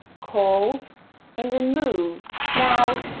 called and removed. now,